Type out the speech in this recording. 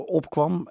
opkwam